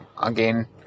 again